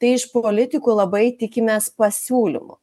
tai iš politikų labai tikimės pasiūlymų